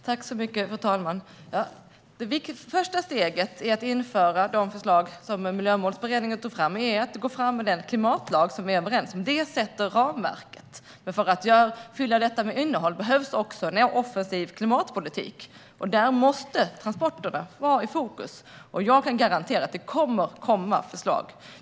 Fru talman! Det första steget i att införa de förslag som Miljömålsberedningen tog fram är att gå fram med den klimatlag som vi är överens om. Det sätter ramverket. Men för att fylla detta med innehåll behövs också en mer offensiv klimatpolitik, och där måste transporterna vara i fokus. Jag garanterar att det kommer förslag.